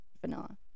vanilla